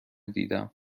دیدم